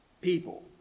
people